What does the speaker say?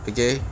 Okay